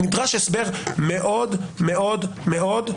נדרש הסבר מאוד מאוד מאוד,